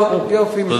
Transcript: טוב, יופי, מסתפקים.